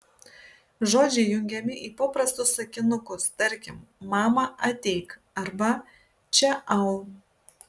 žodžiai jungiami į paprastus sakinukus tarkim mama ateik arba čia au